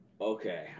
okay